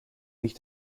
nicht